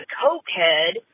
cokehead